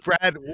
Brad